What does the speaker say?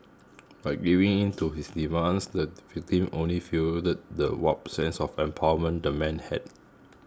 by giving in to his demands the victim only fuelled the warped sense of empowerment the man had